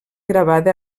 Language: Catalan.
gravada